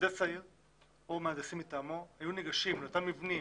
מהנדס העיר או מהנדסים מטעמו היו ניגשים לאותם מבנים